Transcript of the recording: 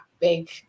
big